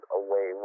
away